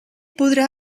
podrà